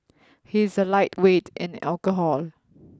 he is a lightweight in the alcohol